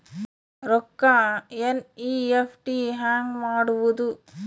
ರೊಕ್ಕ ಎನ್.ಇ.ಎಫ್.ಟಿ ಹ್ಯಾಂಗ್ ಮಾಡುವುದು?